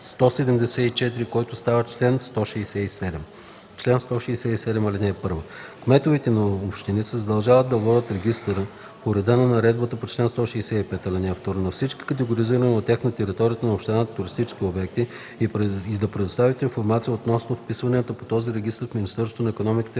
174, който става чл. 167: „Чл. 167. (1) Кметовете на общини се задължават да водят регистър по реда на наредбата по чл. 165, ал. 2 на всички категоризирани от тях на територията на общината туристически обекти и да предоставят информация относно вписванията по този регистър в Министерството на икономиката,